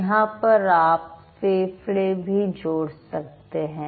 यहां पर आप फेफड़े भी जोड़ सकते हैं